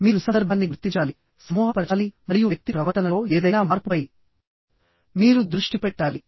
మీరు సందర్భాన్ని గుర్తించాలి మీరు దానిని సమూహపరచాలి మరియు వ్యక్తి ప్రవర్తనలో ఏదైనా మార్పుపై మీరు దృష్టి పెట్టాలి